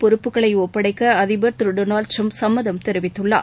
பொறுப்புகளை ஒப்படைக்க அதிபர் திரு டொனால்டு டிரம்ப் சம்மதம் தெரிவித்துள்ளார்